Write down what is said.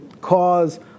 cause